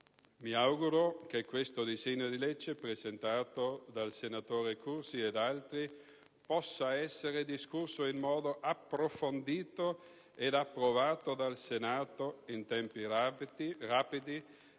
Mi auguro che questo disegno di legge, presentato dal senatore Cursi e da altri senatori, possa essere discusso in modo approfondito ed approvato dal Senato in tempi rapidi,